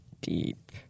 deep